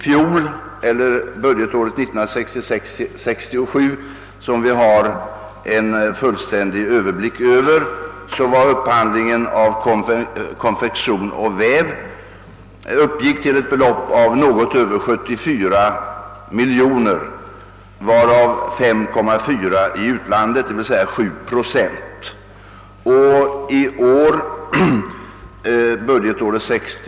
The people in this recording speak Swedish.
Under budgetåret 1966/67, som vi har en fullständig överblick över, belöpte sig upphandlingen av konfektion och väv till något över 74 miljoner kronor, varav 5,4 miljoner — d.v.s. 7 procent — avsåg upphandling i utlandet.